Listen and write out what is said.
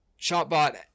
ShopBot